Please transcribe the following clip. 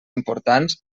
importants